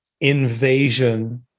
invasion